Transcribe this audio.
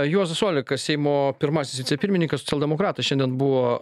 juozas olekas seimo pirmasis vicepirmininkas socialdemokratas šiandien buvo